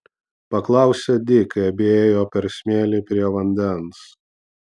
paklausė di kai abi ėjo per smėlį prie vandens